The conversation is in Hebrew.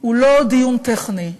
הוא לא דיון טכני,